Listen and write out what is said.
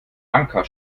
anker